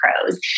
pros